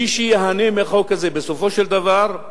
מי שייהנה מהחוק הזה בסופו של דבר,